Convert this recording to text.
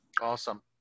Awesome